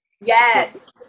Yes